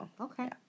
okay